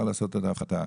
אפשר לעשות את ההפחתה.